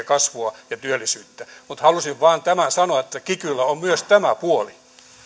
kasvua ja työllisyyttä mutta halusin vain tämän sanoa että kikyllä on myös tämä puoli